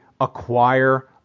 acquire